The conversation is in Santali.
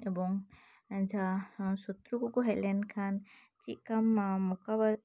ᱮᱵᱚᱝ ᱡᱟᱦᱟᱸ ᱥᱚᱛᱨᱩ ᱠᱚᱠᱚ ᱦᱮᱡ ᱞᱮᱱ ᱠᱷᱟᱱ ᱪᱮᱫ ᱠᱟᱢ ᱢᱚᱠᱟᱵᱤᱞᱟ